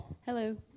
Hello